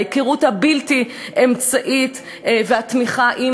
עם ההיכרות הבלתי-אמצעית והתמיכה,